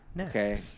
Okay